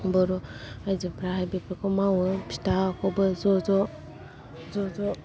बर' आइजोफोराहाय बे फोरखौ मावो फिटा खौबो ज' ज' ज' ज'